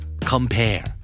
Compare